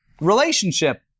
relationship